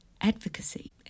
advocacy